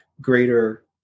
greater